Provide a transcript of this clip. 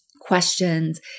questions